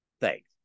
Thanks